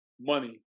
money